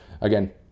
Again